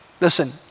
Listen